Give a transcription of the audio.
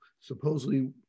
supposedly